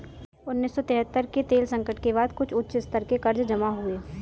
उन्नीस सौ तिहत्तर के तेल संकट के बाद कुछ उच्च स्तर के कर्ज जमा हुए